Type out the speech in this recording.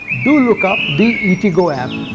do look up the eatigo app.